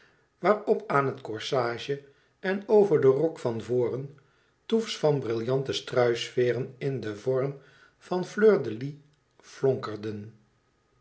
waarop aan het corsage en over den rok van voren touffes van brillanten struisveêren in den vorm van fleur de lys flonkerden